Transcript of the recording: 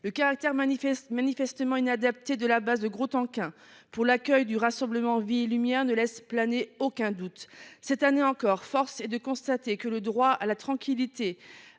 le caractère manifestement inadapté de la base de Grostenquin pour l’accueil du rassemblement « Vie et Lumière » ne laisse planer aucun doute. Cette année encore, force est de constater que le droit à la tranquillité